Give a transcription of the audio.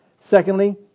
Secondly